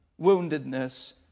woundedness